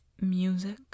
Music